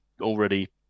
already